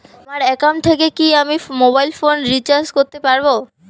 আমার একাউন্ট থেকে কি আমি মোবাইল ফোন রিসার্চ করতে পারবো?